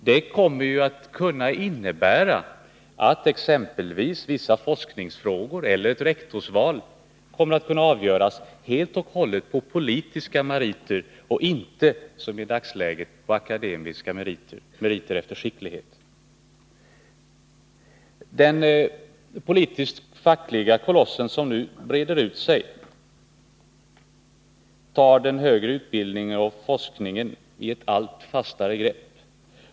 Det kommer att kunna innebära att exempelvis vissa forskningsfrågor eller ett rektorsval kan komma att avgöras helt och hållet på politiska meriter och inte, som i dagsläget, på akademiska meriter, meriter efter skicklighet. Den politiskt-fackliga koloss som nu breder ut sig tar den högre utbildningen och forskningen i ett allt fastare grepp.